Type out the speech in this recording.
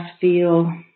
feel